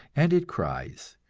and it cries.